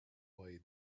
way